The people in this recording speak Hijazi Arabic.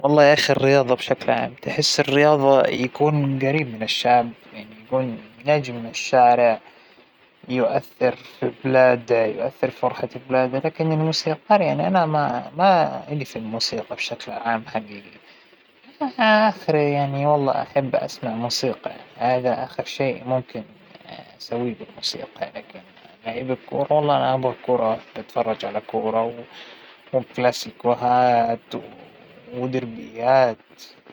ما أعتقد إنى راح أختار لا الرياضة ولا الموسيقى، لانه ما بفهم لا بهذى ولا بهذى، يعنى يمكن الرياضة شوى أميل لإلها لكن الموسيقى مرة بعيدة عنها، مرة ما بفهم فيها اى شى، صعبة عليا لكن الرياضة يمكن شوية كرة قدم، شوية طايرة، هكدا الشغلات، لكن ما بختار اشى فيهم.